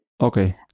Okay